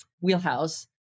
wheelhouse